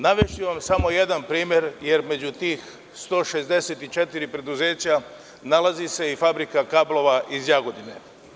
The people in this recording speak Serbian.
Navešću vam samo jedan primer, jer među tih 164 preduzeća nalazi se i Fabrika kablova iz Jagodine.